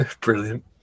Brilliant